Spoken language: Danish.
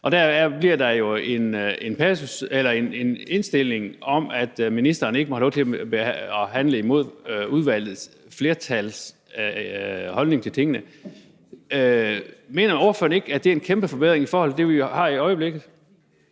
og der bliver en indstilling om, at ministeren ikke må have lov til at handle imod et flertal i udvalgets holdning til tingene. Mener ordføreren ikke, at det er en kæmpe forbedring i forhold til det, vi har i øjeblikket?